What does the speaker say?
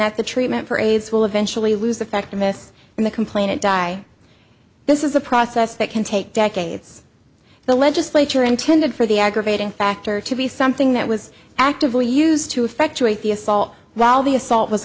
that the treatment for aids will eventually lose effect amiss in the complainant die this is a process that can take decades the legislature intended for the aggravating factor to be something that was actively used to effectuate the assault while the assault was